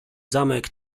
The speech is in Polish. zamek